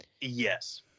Yes